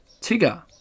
Tigger